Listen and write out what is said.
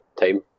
time